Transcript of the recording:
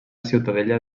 ciutadella